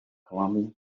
columbia